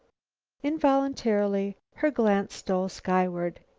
involuntarily, her glance stole skyward.